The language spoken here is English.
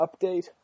update